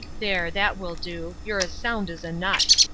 there, that will do you're as sound as a nut!